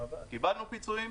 קיבלנו פיצויים.